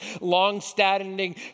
long-standing